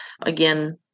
again